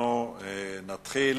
נתחיל